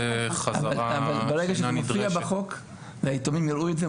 ברגע שזה מופיע בחוק והיתומים יראו את זה,